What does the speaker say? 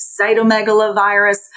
cytomegalovirus